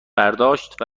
برداشت